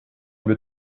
mit